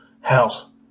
hell